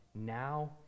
now